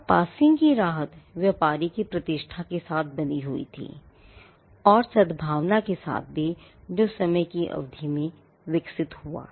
अब पासिंग की राहत व्यापारी की प्रतिष्ठा के साथ बंधी हुई थी और सद्भावना के साथ भी जो समय की अवधि में विकसित हुआ